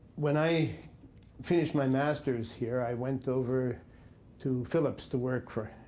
when i finished my masters here, i went over to philips to work for